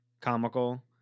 comical